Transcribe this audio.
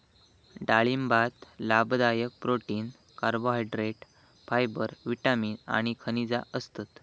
डाळिंबात लाभदायक protein, carbohydrate, fibre, vitamin आणि खनिजा असतत